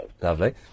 Lovely